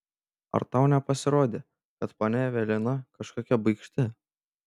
ar tau nepasirodė kad ponia evelina kažkokia baikšti